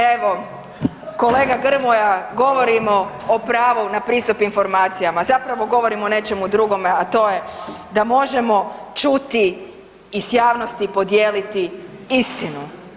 Evo kolega Grmoja govorimo o pravu na pristup informacijama, a zapravo govorimo o nečemu drugome, a to je da možemo čuti i s javnosti podijeliti istinu.